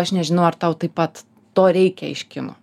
aš nežinau ar tau taip pat to reikia iš kino